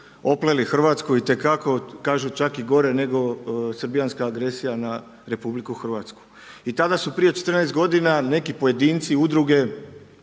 opleli Hrvatsku itekako kažu čak i gore nego srbijanska agresija na RH. I tada su prije 14 godina neki pojedinci, udruge